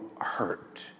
hurt